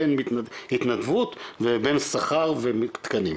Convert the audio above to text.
בין התנדבות ובין שכר ומתקנים.